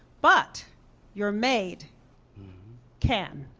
but your maid can.